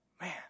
man